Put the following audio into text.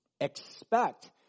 Expect